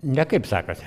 nekaip sekasi